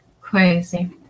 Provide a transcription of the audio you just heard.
Crazy